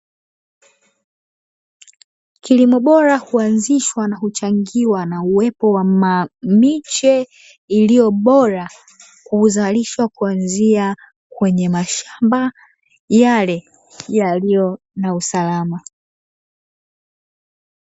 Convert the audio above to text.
Kilimo bora huanzushwa na kuchangiwa na uwepo wa miche iliyo bora kuzalishwa kw a kuanzia kwenye mashamba, yaliyo na usalama.